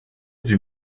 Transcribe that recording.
sie